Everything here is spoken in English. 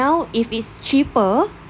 now if it's cheaper